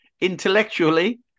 intellectually